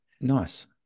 Nice